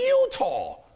Utah